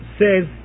says